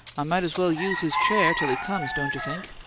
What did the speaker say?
i might as well use his chair till he comes, don't you think?